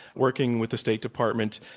working with the state department,